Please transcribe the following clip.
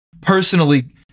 personally